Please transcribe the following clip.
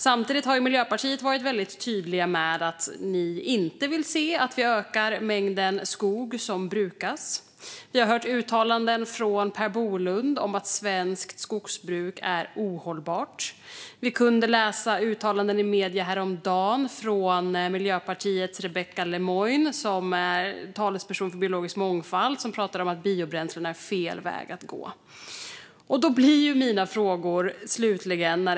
Samtidigt har ni i Miljöpartiet varit väldigt tydliga med att ni inte vill se att vi ökar mängden skog som brukas. Vi har hört uttalanden från Per Bolund om att svenskt skogsbruk är ohållbart. Vi kunde häromdagen läsa uttalanden i medierna från Miljöpartiets Rebecka Le Moine, som är talesperson för biologisk mångfald. Hon talar om att biobränslen är fel väg att gå.